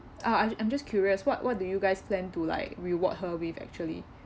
uh I I'm just curious what what do you guys plan to like reward her with actually